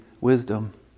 wisdom